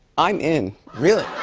i'm in. really?